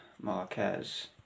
Marquez